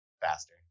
faster